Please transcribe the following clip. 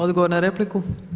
Odgovor na repliku.